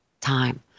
time